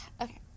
okay